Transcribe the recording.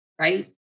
right